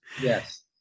Yes